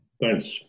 Thanks